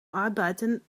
arbeiten